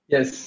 Yes